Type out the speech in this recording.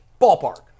ballpark